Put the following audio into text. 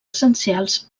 essencials